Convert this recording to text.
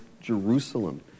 Jerusalem